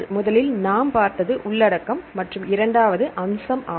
முதலில் நாம் பார்த்தது உள்ளடக்கம் மற்றும் இரண்டாவது அம்சம் ஆகும்